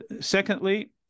Secondly